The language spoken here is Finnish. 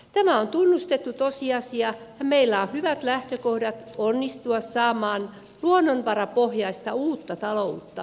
tämä on tunnustettu tosiasia ja meillä on hyvät lähtökohdat onnistua saamaan luonnonvarapohjaista uutta taloutta meille